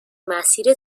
مسیر